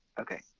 Okay